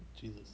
Jesus